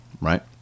right